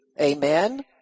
Amen